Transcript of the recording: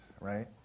right